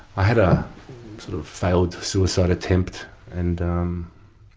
i had a sort of failed suicide attempt and